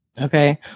okay